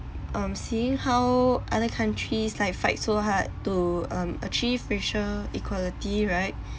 um seeing how other countries like fight so hard to um achieve racial equality right